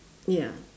ya